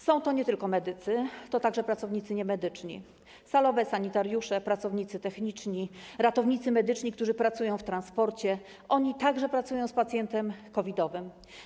Są to nie tylko medycy, to także pracownicy niemedyczni: salowe, sanitariusze, pracownicy techniczni, ratownicy medyczni, którzy pracują w transporcie - oni także pracują z pacjentem COVID-owym.